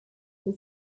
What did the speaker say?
john